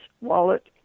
wallet